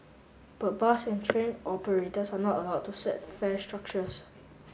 but bus and train operators are not allowed to set fare structures